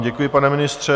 Děkuji vám, pane ministře.